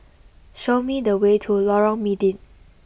show me the way to Lorong Mydin